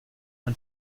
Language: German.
ein